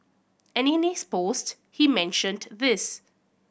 and in his post he mentioned this